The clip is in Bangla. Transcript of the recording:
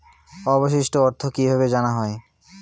অবশিষ্ট অর্থ কিভাবে জানা হয়?